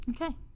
okay